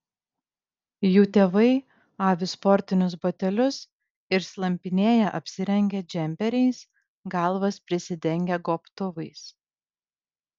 jų tėvai avi sportinius batelius ir slampinėja apsirengę džemperiais galvas prisidengę gobtuvais